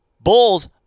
Bulls